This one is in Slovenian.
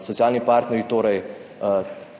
Socialni partnerji so torej